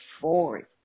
forward